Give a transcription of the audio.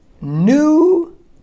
new